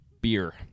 beer